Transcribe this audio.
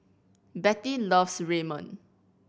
Bette loves Ramen